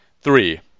Three